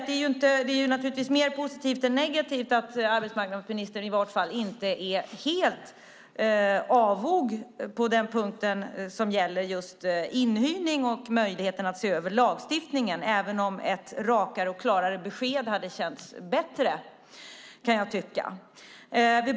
Det är naturligtvis mer positivt än negativt att arbetsmarknadsministern i vart fall inte är helt avog på den punkt som gäller just inhyrning och möjligheten att se över lagstiftningen, även om ett rakare och klarare besked hade känts bättre, kan jag tycka.